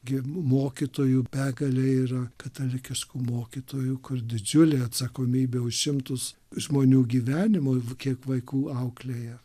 gi mokytojų begalė yra katalikiškų mokytojų kur didžiulė atsakomybė už šimtus žmonių gyvenimų kiek vaikų auklėja